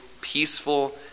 peaceful